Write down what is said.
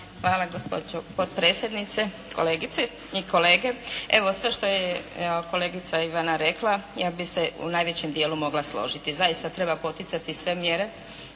Hvala gospođo potpredsjednice. Kolegice i kolege. Evo, sve što je kolegica Ivana rekla ja bih se u najvećem dijelu mogla složiti. Zaista, treba poticati sve mjere